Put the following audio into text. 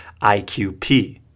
IQP